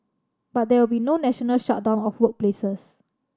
but there will be no national shutdown of workplaces